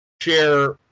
share